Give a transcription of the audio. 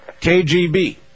KGB